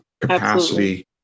capacity